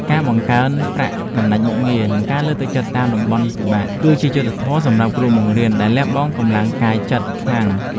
ការបង្កើនប្រាក់បំណាច់មុខងារនិងការលើកទឹកចិត្តតាមតំបន់លំបាកគឺជាយុត្តិធម៌សម្រាប់គ្រូបង្រៀនដែលលះបង់កម្លាំងកាយចិត្តខ្លាំង។